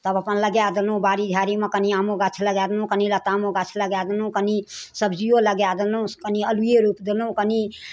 सभ अपन लगाए देलहुॅं बाड़ी झाड़ीमे कनि आमो गाछ लगाए देलहुॅं कनि लतामोके गाछ लगाए देलहुॅं कनि सब्जियो लगाए देलहुॅं कनि अल्लूए रोइप देलहुॅं कनि